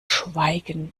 schweigen